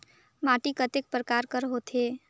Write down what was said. माटी कतेक परकार कर होथे?